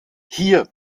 hier